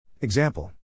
Example